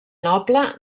noble